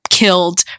Killed